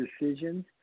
decisions